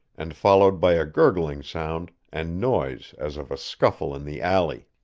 and followed by a gurgling sound and noise as of a scuffle in the alley.